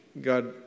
God